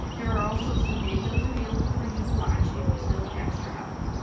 there are also some videos available for you to watch if you still need extra help.